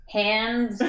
hands